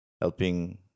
helping